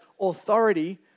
authority